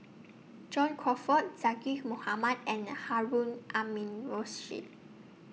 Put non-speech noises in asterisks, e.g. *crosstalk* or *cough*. John Crawfurd Zaqy Mohamad and *unintelligible* Harun *unintelligible*